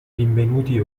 rinvenuti